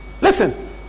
Listen